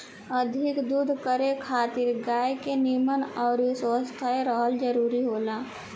अधिका दूध करे खातिर गाय के निमन अउरी स्वस्थ रहल जरुरी होला